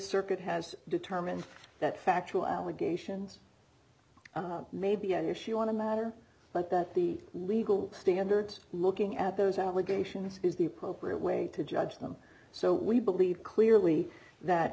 circuit has determined that factual allegations maybe on your show on a matter like that the legal standards looking at those allegations is the appropriate way to judge them so we believe clearly that